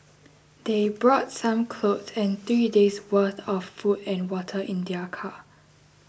they brought some clothes and three days worth of food and water in their car